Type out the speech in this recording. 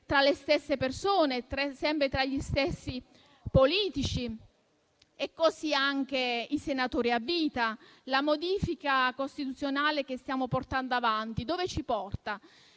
tra le stesse persone, sempre tra gli stessi politici? E così anche i senatori a vita. Dove ci porta la modifica costituzionale che stiamo portando avanti? Semplicemente